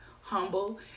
humble